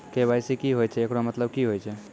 KYC की होय छै, एकरो मतलब की होय छै?